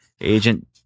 agent